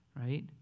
Right